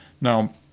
Now